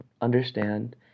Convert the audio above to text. understand